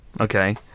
Okay